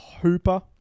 Hooper